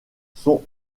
sont